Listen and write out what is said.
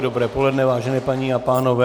Dobré poledne, vážené paní a pánové.